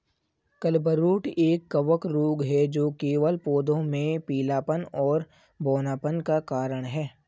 clubroot एक कवक रोग है जो केवल पौधों में पीलापन और बौनापन का कारण है